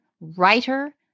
writer